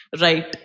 right